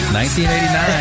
1989